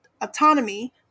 autonomy